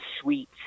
sweet